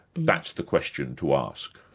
that's the question to ask.